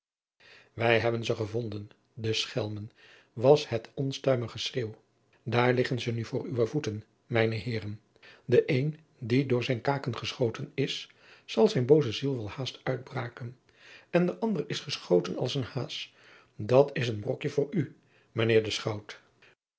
ij hebben ze gevonden die schelmen was het onstuimig geschreeuw daar liggen ze nu voor uwe voeten mijne eeren e een die door zijn kaken geschoten is zal zijn booze ziel wel haast uitbraken en de ander is geschoten als een haas dat is een brokje voor u mijn eer de chout